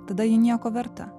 tada ji nieko verta